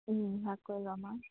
ভাগ কৰি ল'ম আৰু